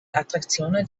attraktionen